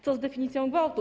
Co z definicją gwałtu?